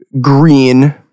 green